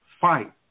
fight